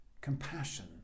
compassion